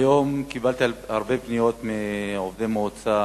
היום קיבלתי הרבה פניות מעובדי המועצה